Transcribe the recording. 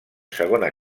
segona